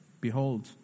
Behold